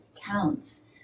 counts